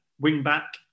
wing-back